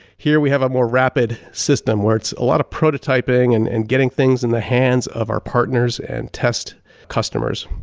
here we have a more rapid system where it's a lot of prototyping and and getting things in the hands of our partners and test customers.